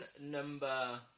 number